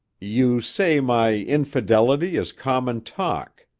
you say my infidelity is common talk.